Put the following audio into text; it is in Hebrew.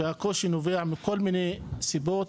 והקושי נובע מכל מיני סיבות,